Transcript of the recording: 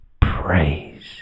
praise